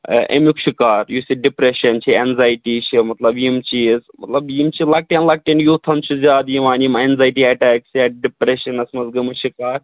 اَمیُک شِکار یُس یہِ ڈِپریشَن چھِ ایٚنزایٹی چھِ مطلب یِم چیٖز مطلب یِم چھِ لَکٹٮ۪ن لَکٹٮ۪ن یوٗتھَن چھُ زیادٕ یِوان یِم ایٚنزایٹی اَٹیکٕس یا ڈِپریٚشَنَس منٛز گٔمٕتۍ شِکار